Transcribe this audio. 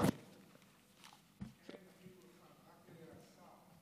ההצעה להעביר את הנושא לוועדת הפנים